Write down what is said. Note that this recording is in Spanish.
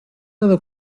dado